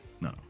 no